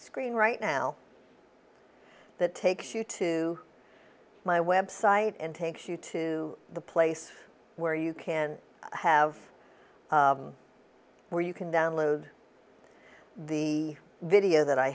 screen right now that takes you to my website and takes you to the place where you can have where you can download the video that i